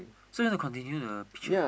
so you want to continue the picture